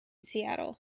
seattle